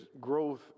growth